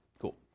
Cool